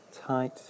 tight